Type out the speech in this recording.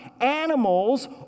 Animals